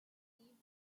received